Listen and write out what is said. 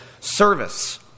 service